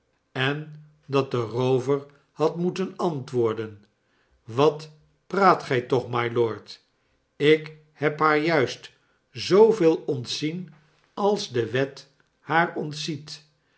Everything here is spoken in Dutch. en dat de roover had moeten antwoorden wat praat gij toch mylord ik heb haar juist zooveel ontzien als de wet haar ontziet